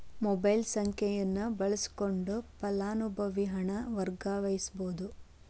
mobile ಸಂಖ್ಯೆಯನ್ನ ಬಳಸಕೊಂಡ ಫಲಾನುಭವಿಗೆ ಹಣನ ವರ್ಗಾಯಿಸಬೋದ್